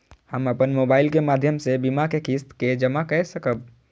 हम अपन मोबाइल के माध्यम से बीमा के किस्त के जमा कै सकब?